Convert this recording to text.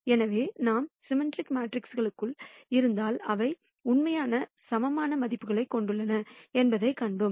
எனவே நாம் சிம்மெட்ரிக் மேட்ரிக்ஸ்க்குகள் இருந்தால் அவை உண்மையான சமமான மதிப்புகளைக் கொண்டுள்ளன என்பதைக் கண்டோம்